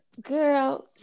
girl